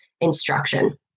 instruction